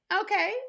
Okay